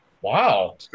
Wow